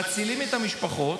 מצילים את המשפחות,